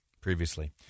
previously